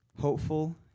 Hopeful